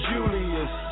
Julius